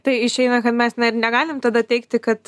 tai išeina kad mes net negalim tada teigti kad